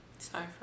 sorry